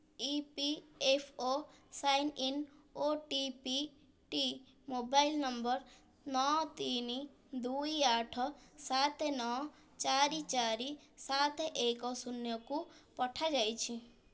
ଇ P F ଓ sign in ଓଟିପିଟି mobile number ନଅ ତିନି ଦୁଇ ଆଠ ସାତ ନଅ ଚାରି ଚାରି ସାତ ଏକ ଶୂନକୁ ପଠାଯାଇଛି